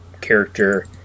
character